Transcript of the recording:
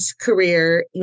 career